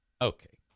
Okay